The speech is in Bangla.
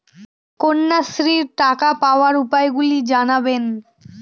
কন্যাশ্রীর টাকা পাওয়ার উপায়গুলি জানাবেন?